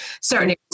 certain